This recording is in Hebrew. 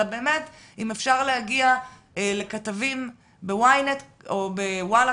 אם אפשר להגיע לכתבים ב-ynet או בוואלה,